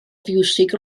fiwsig